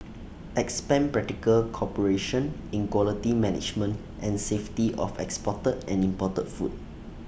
expand practical cooperation in quality management and safety of exported and imported food